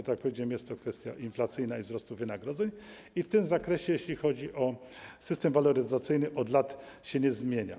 Tak jak powiedziałem, jest to kwestia inflacyjna i wzrostu wynagrodzeń i w tym zakresie, jeśli chodzi o system waloryzacyjny, od lat się nie zmienia.